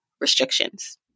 restrictions